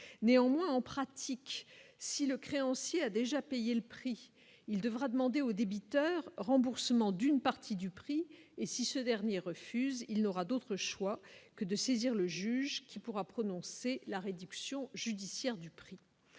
néanmoins en pratique si le créancier a déjà payé le prix, il devra demander aux débiteurs remboursement d'une partie du prix et si ce dernier refuse, il n'aura d'autre choix que de saisir le juge, qui pourra prononcer la réduction judiciaire du prix.